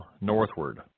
northward